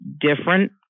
different